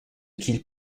qu’il